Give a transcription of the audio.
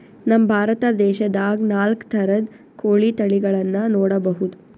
ನಮ್ ಭಾರತ ದೇಶದಾಗ್ ನಾಲ್ಕ್ ಥರದ್ ಕೋಳಿ ತಳಿಗಳನ್ನ ನೋಡಬಹುದ್